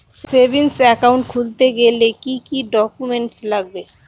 Savings account খুলতে গেলে কি কি ডকুমেন্টস লাগবে?